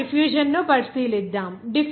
ఇప్పుడు ఆ డిఫ్యూషన్ ను పరిశీలిద్దాం